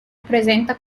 presenta